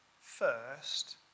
first